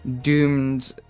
doomed